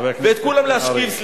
ואת כולם להשכיב.